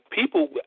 people